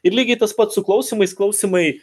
ir lygiai tas pat su klausymais klausymai